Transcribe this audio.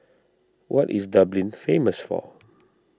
what is Dublin famous for